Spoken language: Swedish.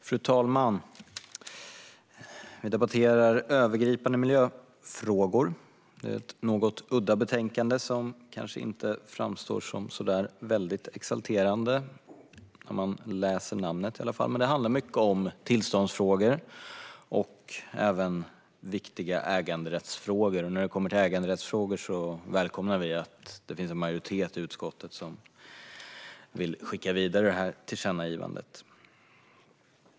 Fru talman! Vi debatterar betänkandet Övergripande miljöfrågor . Det är ett något udda betänkande som kanske inte framstår som så där särskilt exalterande, men det handlar mycket om tillståndsfrågor och även viktiga äganderättsfrågor. När det kommer till äganderättsfrågor välkomnar vi att det finns en majoritet i utskottet som vill skicka vidare tillkännagivandet.